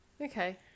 Okay